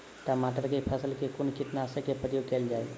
टमाटर केँ फसल मे कुन कीटनासक केँ प्रयोग कैल जाय?